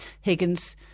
Higgins